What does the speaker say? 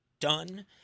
Done